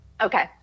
okay